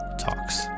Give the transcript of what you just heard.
Talks